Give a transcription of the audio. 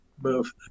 move